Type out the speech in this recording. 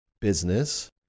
business